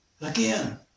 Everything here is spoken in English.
Again